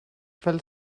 fell